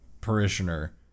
parishioner